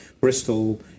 Bristol